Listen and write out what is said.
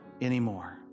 anymore